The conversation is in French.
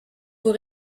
vous